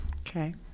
Okay